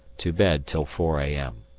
to bed till four a m.